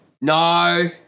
No